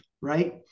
right